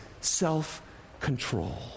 self-control